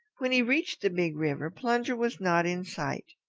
when he reached the big river, plunger was not in sight.